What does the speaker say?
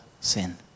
sin